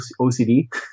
OCD